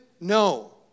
No